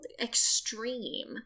extreme